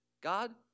God